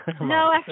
No